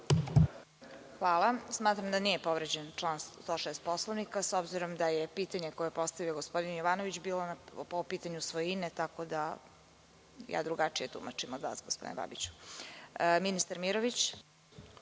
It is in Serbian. Hvala. Smatram da nije povređen član 106. Poslovnika, s obzirom da je pitanje koje je postavio gospodine Jovanović bilo po pitanju svojine, tako da ja drugačije tumačim od vas gospodine Babiću. Reč